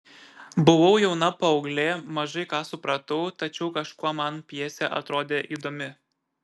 buvau jauna paauglė mažai ką supratau tačiau kažkuo man pjesė atrodė įdomi